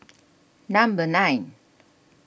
number nine